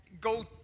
go